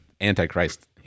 Antichrist